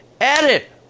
edit